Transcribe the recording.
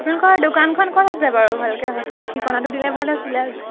আপোনালোকৰ দোকানখন ক'ত আছে বাৰু ভালকৈ সঠিক ঠিকনাটো দিলে ভাল আছিলে